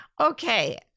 Okay